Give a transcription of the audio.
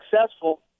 successful